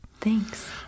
Thanks